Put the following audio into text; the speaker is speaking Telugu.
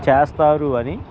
చేస్తారు అని